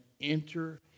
enter